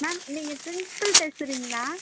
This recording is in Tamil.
மேம் நீங்கள் பிரின்ஸ்பல் பேசுகிறீங்களா